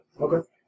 okay